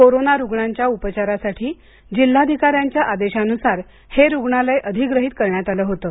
corona रुग्णांच्या उपचारासाठी जिल्हाधिकाऱ्यांच्या आदेशान्सार हे रुग्णालय अधिग्रहित करण्यात आलं होतं